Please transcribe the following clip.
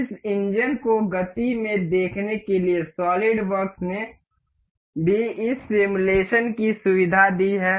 इस इंजन को गति में देखने के लिए सॉलिडवर्क्स ने भी इस सिमुलेशन की सुविधा दी है